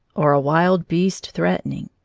or a wild beast threatening.